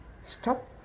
stop